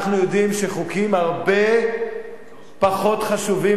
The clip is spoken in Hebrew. אנחנו יודעים שחוקים הרבה פחות חשובים